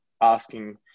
asking